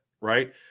right